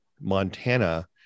montana